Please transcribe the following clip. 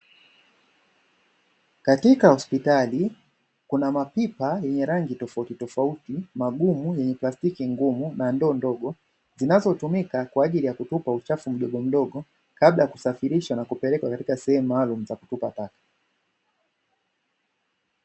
Katika eneo la Hospitali, kuna mapipa yenye rangi tofautitofauti magumu yenye utafiti ngumu na ndoo ndogo, zinazotumika kwa ajili ya kutupa uchafu mdogo mdogo, kabla ya kusafirisha na kupelekwa katika sehemu maalumu za kutupa taka.